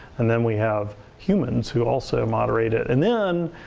and then we have humans who also moderate it. and then,